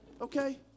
Okay